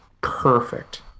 perfect